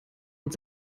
und